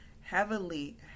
heavily